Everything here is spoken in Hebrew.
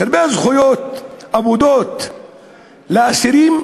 יש הרבה זכויות אבודות לאסירים.